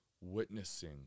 Witnessing